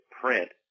print